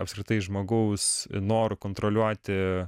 apskritai žmogaus noru kontroliuoti